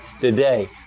today